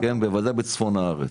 בוודאי בצפון הארץ.